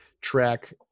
track